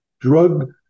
drug